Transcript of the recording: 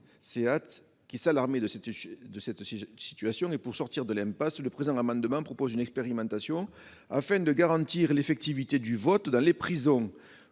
qui s'alarmaient de cette situation, et pour sortir de l'impasse, le présent amendement tend à mettre en oeuvre une expérimentation, afin de garantir l'effectivité du vote dans les prisons.